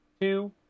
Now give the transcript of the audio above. two